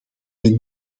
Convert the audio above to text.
hen